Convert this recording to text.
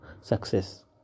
success